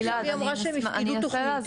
אבל אם היא עכשיו אמרה שהם הפקידו תוכנית,